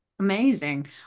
Amazing